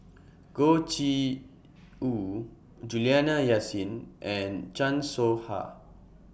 Goh Ee Choo Juliana Yasin and Chan Soh Ha